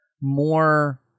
more –